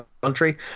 country